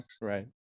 Right